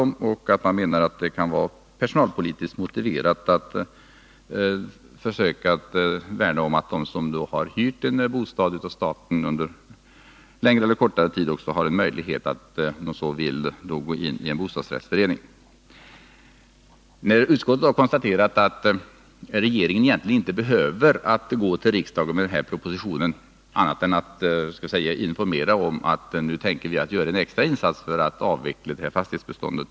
Man menar att det kan vara personalpolitiskt motiverat att försöka värna om att de som har hyrt en bostad av staten skall erbjudas att gå in i en bostadsrättsförening och överta fastigheten. Utskottet har alltså konstaterat att regeringen egentligen inte behöver gå till riksdagen med den här propositionen annat än för att informera om att man tänker göra en extra insats för att avveckla fastighetsbeståndet.